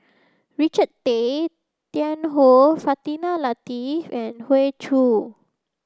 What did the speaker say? Richard Tay Tian Hoe Fatimah Lateef and Hoey Choo